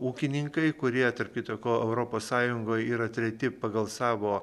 ūkininkai kurie tarp kita ko europos sąjungoj yra treti pagal savo